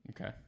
okay